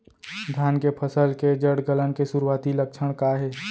धान के फसल के जड़ गलन के शुरुआती लक्षण का हे?